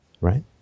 right